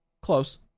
Close